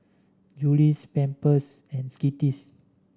Julie's Pampers and Skittles